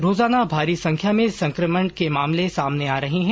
रोजाना भारी संख्या में संक्रमण के मामले सामने आ रहे है